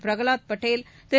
Pralhad Patel Thiru